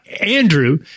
Andrew